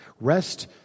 Rest